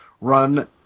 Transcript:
run